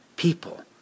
People